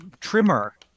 trimmer